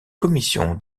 commission